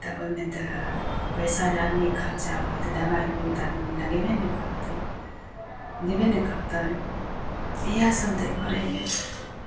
तऽ ओहिमे तऽ पैसा जे आदमीके खर्चा होयत दबाइ मिलत तऽ आदमी लगेबे ने करतै देबे ने करतै इएहसभ दै पड़ैए